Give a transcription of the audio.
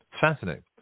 Fascinating